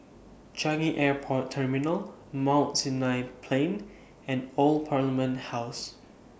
Changi Airport Terminal Mount Sinai Plain and Old Parliament House